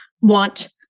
want